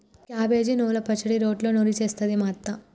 cabbage నువ్వల పచ్చడి రోట్లో నూరి చేస్తది మా అత్త